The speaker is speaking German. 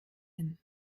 hin